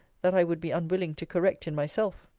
that i would be unwilling to correct in myself.